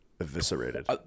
Eviscerated